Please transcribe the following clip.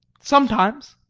sometimes.